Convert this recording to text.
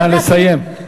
נא לסיים.